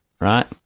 right